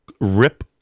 rip